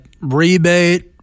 rebate